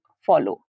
follow